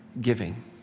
Giving